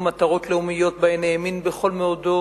מטרות לאומיות שבהן האמין בכל מאודו